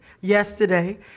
yesterday